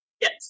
yes